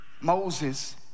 Moses